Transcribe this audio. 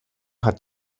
hat